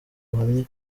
buhamye